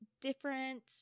different